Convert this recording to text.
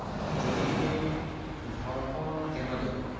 জমিতে ধড়কন কেন দেবো?